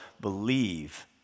believe